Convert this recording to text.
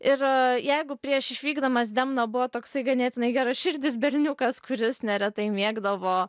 ir jeigu prieš išvykdamas demna buvo toksai ganėtinai geraširdis berniukas kuris neretai mėgdavo